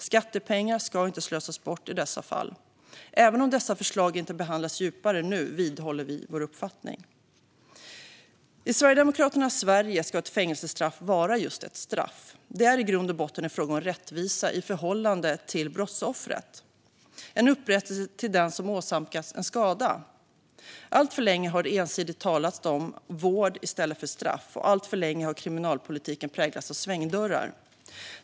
Skattepengar ska inte slösas bort i dessa fall. Även om dessa förslag inte behandlas djupare nu vidhåller vi vår uppfattning. I Sverigedemokraternas Sverige ska ett fängelsestraff vara just ett straff. Det är i grund och botten en fråga om rättvisa i förhållande till brottsoffret, en upprättelse till den som åsamkats en skada. Alltför länge har det ensidigt talats om vård i stället för straff, och alltför länge har kriminalpolitiken präglats av svängdörrar.